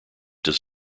does